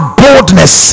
boldness